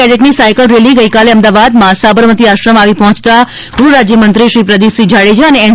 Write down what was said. કેડેટની cycle rally ગઈકાલે અમદાવાદમાં સાબરમતી આશ્રમ આવી પહોંચતા ગૃહ રાજ્યમંત્રી શ્રી પ્રદિપસિંહ જાડેજા અને એન